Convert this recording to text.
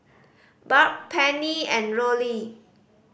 Barb Penny and Rollie